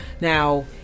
Now